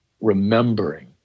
remembering